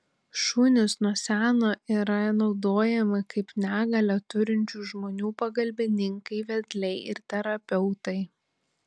šunys nuo seno yra naudojami kaip negalią turinčių žmonių pagalbininkai vedliai ir terapeutai